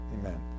Amen